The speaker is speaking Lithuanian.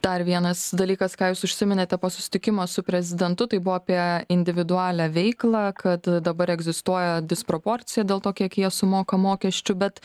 dar vienas dalykas ką jūs užsiminėte po susitikimo su prezidentu tai buvo apie individualią veiklą kad dabar egzistuoja disproporcija dėl to kiek jie sumoka mokesčių bet